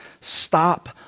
Stop